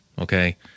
okay